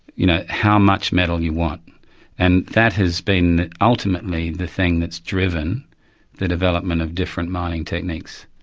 you know, how much metal you want and that has been ultimately the thing that's driven the development of different mining techniques.